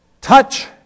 Touch